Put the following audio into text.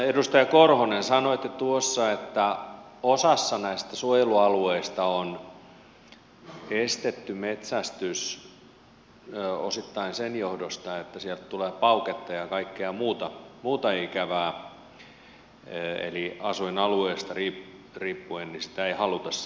edustaja korhonen sanoitte tuossa että osassa näistä suojelualueista on estetty metsästys osittain sen johdosta että sieltä tulee pauketta ja kaikkea muuta ikävää eli asuinalueesta riippuen sitä ei haluta sinne lähelle